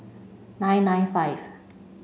nine nine five